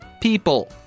people